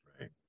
Right